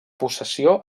possessió